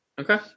Okay